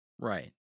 right